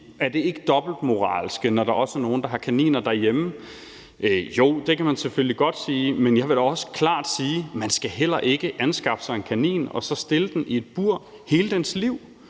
om det ikke er dobbeltmoralsk, når der også er nogle, der har kaniner derhjemme. Jo, det kan man selvfølgelig godt sige, men jeg vil da også klart sige, at man heller ikke skal anskaffe sig en kanin og så stille den i et bur hele dens liv.